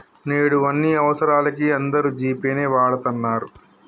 నేడు అన్ని అవసరాలకీ అందరూ జీ పే నే వాడతన్నరు